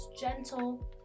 gentle